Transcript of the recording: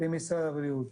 למשרד הבריאות.